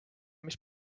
mis